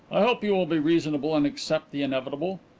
i hope you will be reasonable and accept the inevitable.